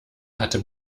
hatte